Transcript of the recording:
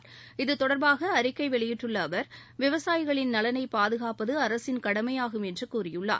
சென்னையில் இது தொடர்பாக அறிக்கை வெளியிட்டுள்ள அவர் விவசாயிகளின் நலனை பாதுகாப்பது அரசின் கடமையாகும் என்று கூறியுள்ளார்